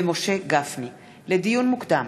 לדיון מוקדם: